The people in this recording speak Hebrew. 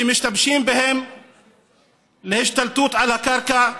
שמשמשים להשתלטות על הקרקע,